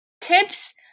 tips